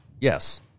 Yes